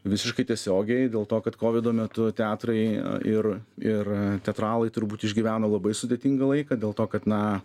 visiškai tiesiogiai dėl to kad kovido metu teatrai ir ir teatralai turbūt išgyveno labai sudėtingą laiką dėl to kad na